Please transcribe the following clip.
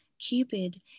Cupid